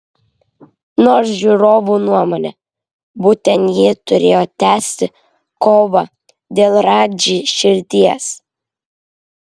nors žiūrovų nuomone būtent ji turėjo tęsti kovą dėl radži širdies